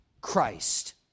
Christ